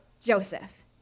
Joseph